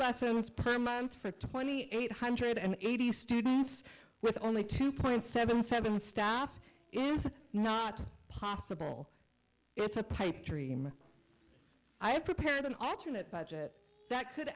license per month for twenty eight hundred and eighty students with only two point seven seven staff is not possible it's a pipe dream i have prepared an alternate budget that could